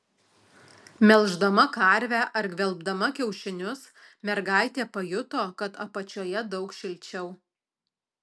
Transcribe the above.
melždama karvę ar gvelbdama kiaušinius mergaitė pajuto kad apačioje daug šilčiau